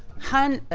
hunt,